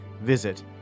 Visit